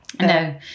No